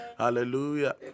Hallelujah